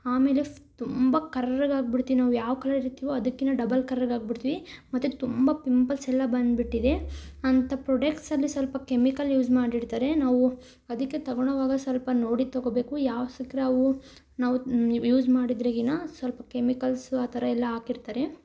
ಆಮೇಲೆ ತುಂಬ ಕರ್ರಗಾಗಿ ಬಿಡ್ತೀವಿ ನಾವು ಯಾವ ಕಲರ್ ಇರ್ತೀವೋ ಅದಕ್ಕಿನ್ನ ಡಬಲ್ ಕರ್ರಗಾಗ್ಬಿಡ್ತೀವಿ ಮತ್ತು ತುಂಬ ಪಿಂಪಲ್ಸ್ ಎಲ್ಲ ಬಂದುಬಿಟ್ಟಿದೆ ಅಂಥ ಪ್ರೊಡಕ್ಟ್ಸಲ್ಲಿ ಸ್ವಲ್ಪ ಕೆಮಿಕಲ್ಸ್ ಯೂಸ್ ಮಾಡಿಡ್ತಾರೆ ನಾವು ಅದಕ್ಕೆ ತೊಗೊಳೋವಾಗ ಸ್ವಲ್ಪ ನೋಡಿ ತೊಗೊಬೇಕು ಯಾವ ಸಿಕ್ಕರೆ ಅವು ನಾವು ಯೂಸ್ ಮಾಡಿದರೆ ಏನು ಸ್ವಲ್ಪ ಕೆಮಿಕಲ್ಸ ಆ ಥರ ಎಲ್ಲ ಹಾಕಿರ್ತಾರೆ